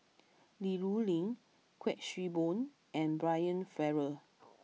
Li Rulin Kuik Swee Boon and Brian Farrell